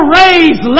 raise